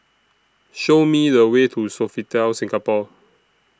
Show Me The Way to Sofitel Singapore